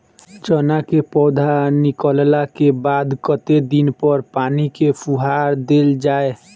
चना केँ पौधा निकलला केँ बाद कत्ते दिन पर पानि केँ फुहार देल जाएँ?